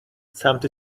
سمت